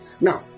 Now